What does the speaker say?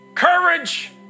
Courage